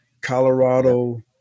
Colorado